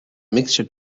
mixture